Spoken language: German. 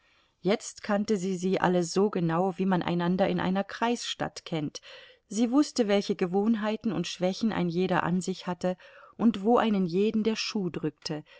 jetzt kannte sie sie alle so genau wie man einander in einer kreisstadt kennt sie wußte welche gewohnheiten und schwächen ein jeder an sich hatte und wo einen jeden der schuh drückte